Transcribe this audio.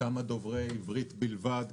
כמה דוברי עברית בלבד,